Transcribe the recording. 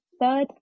third